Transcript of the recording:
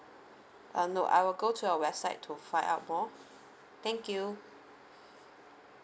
uh no I will go to your website to find out more thank you